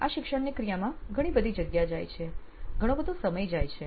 આ શિક્ષણની ક્રિયામાં ઘણો બઘી જગ્યા જાય છે ઘણો બધો સમય જાય છે